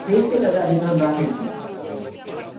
ठीक छै चचाजी तहन राखैत छी